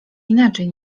inaczej